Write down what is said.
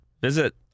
visit